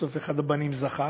בסוף אחד הבנים זכה.